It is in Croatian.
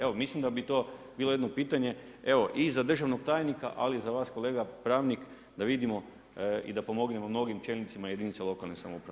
Evo mislim da bi to bilo jedno pitanje, evo i za državnog tajnika, ali i za vas kolega pravnik da vidimo i da pomognemo mnogim čelnicima jedinica lokalne samouprave.